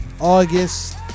August